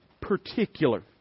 particular